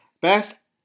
Best